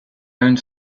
owned